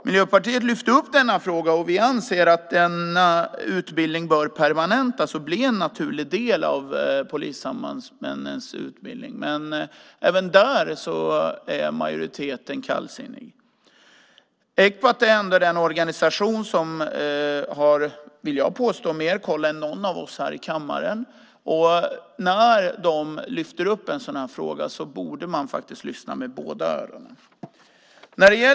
Miljöpartiet lyfte fram denna fråga, och vi anser att denna utbildning bör permanentas och bli en naturlig del av polissambandsmännens utbildning, men där är majoriteten kallsinnig. Ecpat är ändå den organisation som har, vill jag påstå, mer koll än någon av oss här i kammaren. När den lyfter fram en sådan här fråga borde man lyssna med båda öronen.